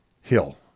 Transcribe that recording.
hill